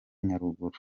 nyaruguru